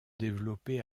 développer